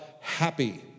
Happy